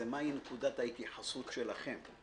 זו מהי נקודת ההתייחסות שלכם.